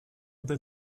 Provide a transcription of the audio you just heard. did